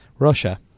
Russia